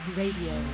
radio